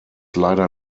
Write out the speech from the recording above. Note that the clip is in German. leider